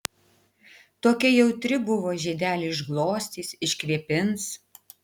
tokia jautri buvo žiedelį išglostys iškvėpins